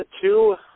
two